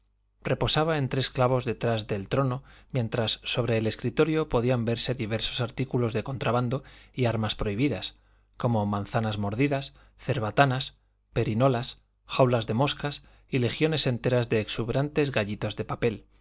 reposaba en tres clavos detrás del trono mientras sobre el escritorio podían verse diversos artículos de contrabando y armas prohibidas como manzanas mordidas cerbatanas perinolas jaulas de moscas y legiones enteras de exuberantes gallitos de papel